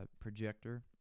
projector